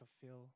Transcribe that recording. fulfill